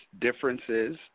differences